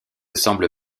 semble